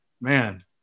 man